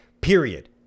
period